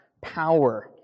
power